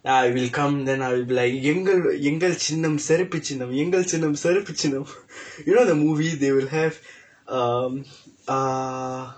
I will come then I'll be like எங்க சின்னம் சிறப்பு சின்னம் எங்கள் சின்னம் சிறப்பு சின்னம்:enka engkal sinnam sirappu sinnam engkal sinnam sirappu sinnam you know the movie they will have um err